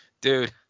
dude